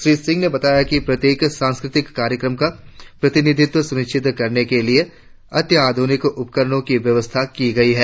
श्री सिंह ने बताया कि प्रत्येक सांस्कृतिक कार्यक्रम का प्रतिनिधित्व सुनिश्चित करने के लिए अत्याध्रनिक उपकरणों की व्यवस्था की गई है